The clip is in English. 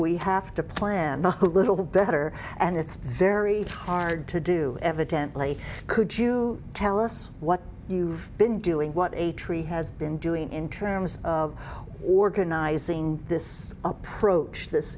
we have to plan the who little the better and it's very hard to do evidently could you tell us what you've been doing what a tree has been doing in terms of organizing this approach this